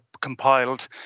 compiled